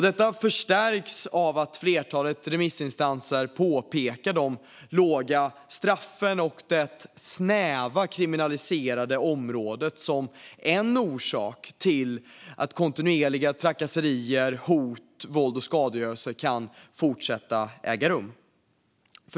Detta förstärks av att flertalet remissinstanser påpekar de låga straffen och det snäva kriminaliserade området som en orsak till att kontinuerliga trakasserier, hot, våld och skadegörelse kan fortsätta att äga rum.